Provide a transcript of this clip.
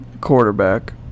quarterback